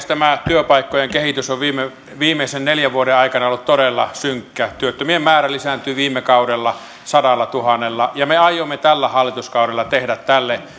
tämä työpaikkojen kehitys on viimeisen neljän vuoden aikana ollut todella synkkä työttömien määrä lisääntyi viime kaudella sadallatuhannella ja me aiomme tällä hallituskaudella tehdä tälle